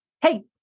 Hey